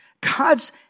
God's